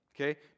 okay